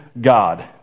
God